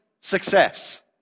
success